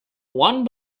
one